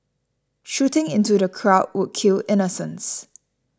shooting into the crowd would kill innocents